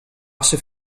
asse